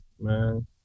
man